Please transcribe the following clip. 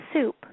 soup